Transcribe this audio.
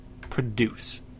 produce